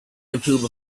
improve